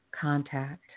contact